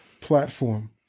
platform